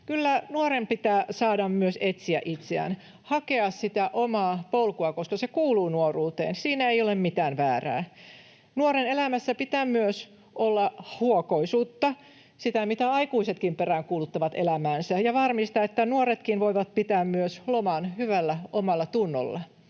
Kyllä nuoren pitää saada myös etsiä itseään, hakea sitä omaa polkua, koska se kuuluu nuoruuteen. Siinä ei ole mitään väärää. Nuoren elämässä pitää olla myös huokoisuutta — sitä, mitä aikuisetkin peräänkuuluttavat elämäänsä — ja pitää varmistaa, että nuoretkin voivat myös pitää loman hyvällä omatunnolla.